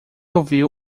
ouviu